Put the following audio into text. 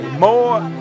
more